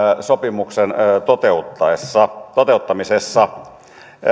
sopimuksen toteuttamisessa toteuttamisessa